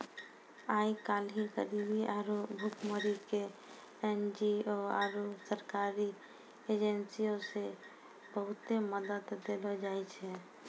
आइ काल्हि गरीबी आरु भुखमरी के एन.जी.ओ आरु सरकारी एजेंसीयो से बहुते मदत देलो जाय छै